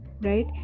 right